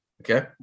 okay